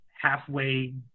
halfway